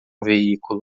veículo